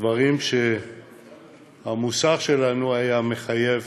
דברים שבהם המוסר שלנו היה חייב